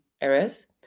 areas